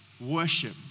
Worship